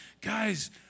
Guys